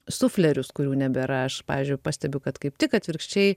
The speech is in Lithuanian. suflerius kurių nebėra aš pavyzdžiui pastebiu kad kaip tik atvirkščiai